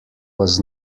was